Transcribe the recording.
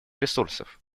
ресурсов